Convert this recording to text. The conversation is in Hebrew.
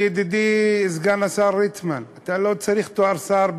לידידי סגן השר ליצמן: אתה לא צריך תואר שר,